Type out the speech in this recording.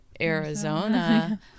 arizona